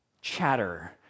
chatter